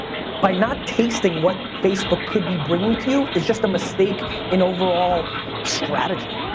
by not tasting what facebook could be bringing to you is just a mistake in overall strategy.